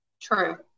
true